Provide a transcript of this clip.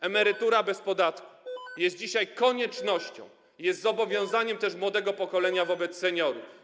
Emerytura bez podatku jest dzisiaj koniecznością, jest też zobowiązaniem młodego pokolenia wobec seniorów.